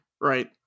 Right